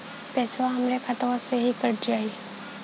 पेसावा हमरा खतवे से ही कट जाई?